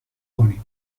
کنین